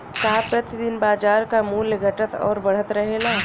का प्रति दिन बाजार क मूल्य घटत और बढ़त रहेला?